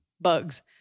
bugs